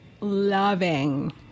loving